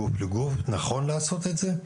נכון לעשות את זה,